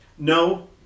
No